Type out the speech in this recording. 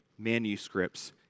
manuscripts